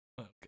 okay